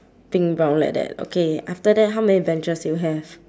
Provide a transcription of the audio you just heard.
pink brown like that okay after that how many benches do you have